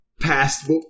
past